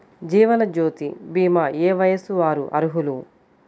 జీవనజ్యోతి భీమా ఏ వయస్సు వారు అర్హులు?